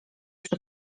przy